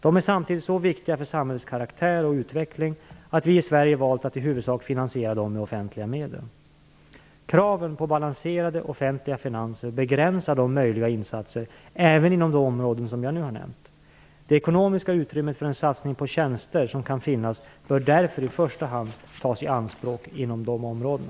De är samtidigt så viktiga för samhällets karaktär och utveckling att vi i Sverige valt att i huvudsak finansiera dem med offentliga medel. Kraven på balanserade offentliga finanser begränsar de möjliga insatserna, även inom de områden som jag nu har nämnt. Det ekonomiska utrymme som kan finnas för en satsning på tjänster bör därför i första hand tas i anspråk inom dessa områden.